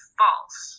false